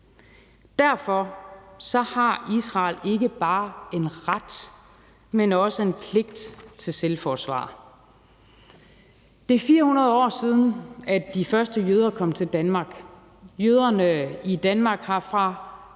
Derfor har Israel ikke bare en ret, men også en pligt til selvforsvar. Det er 400 år siden, at de første jøder kom til Danmark. Jøderne i Danmark har fra